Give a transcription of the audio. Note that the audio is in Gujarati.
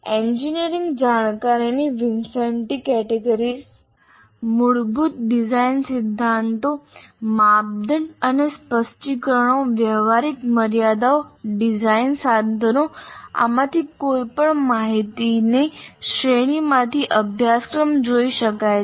એન્જિનિયરિંગ જાણકારી ની વિન્સેન્ટી કેટેગરીઝ મૂળભૂત ડિઝાઇન સિદ્ધાંતો માપદંડ અને સ્પષ્ટીકરણો વ્યવહારિક મર્યાદાઓ ડિઝાઇન સાધનો આમાંથી કોઈપણ માહિતીની શ્રેણીમાંથી અભ્યાસક્રમ જોઈ શકાય છે